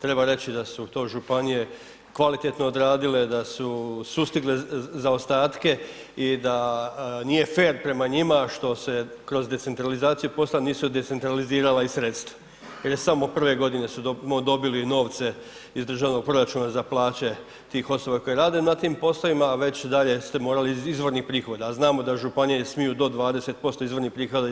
Treba reći da su to županije kvalitetno odradile, da su sustigle zaostatke i da nije fer prema njima što se kroz decentralizaciju posla nisu decentralizirala i sredstva jer je samo prve godine smo dobili novce iz državnog proračuna za plaće tih osoba koje rade na tim poslovima, a već dalje ste morali iz izvornih prihoda, a znamo da županije smiju do 20% izvornih prihoda